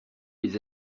les